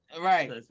Right